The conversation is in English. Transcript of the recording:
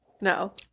No